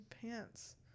pants